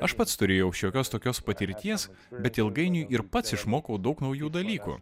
aš pats turėjau šiokios tokios patirties bet ilgainiui ir pats išmokau daug naujų dalykų